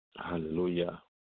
Hallelujah